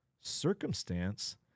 circumstance